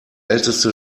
älteste